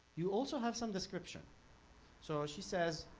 you also have some description so she says